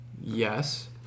Yes